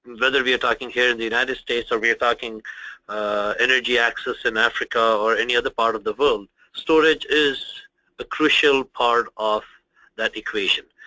whether we are talking here in the united states or we are talking energy access in africa or any other part of the world storage is the crucial part of that equation.